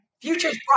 Future's